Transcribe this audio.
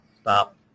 Stop